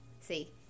See